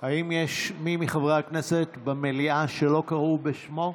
האם יש מישהו מחברי הכנסת במליאה שלא קראו בשמו?